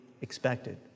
expected